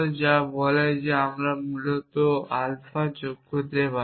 যা বলে যে আমরা মূলত আলফা যোগ করতে পারি